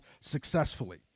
successfully